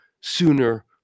sooner